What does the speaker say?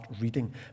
reading